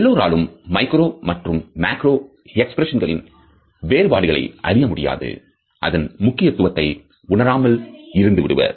எல்லோராலும் மைக்ரோ மற்றும் மேக்ரோ எக்ஸ்பிரஷன்ஸ்களின் வேறுபாடுகளை அறிய முடியாது அதன் முக்கியத்துவத்தை உணராமல் இருந்துவிடுவர்